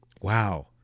Wow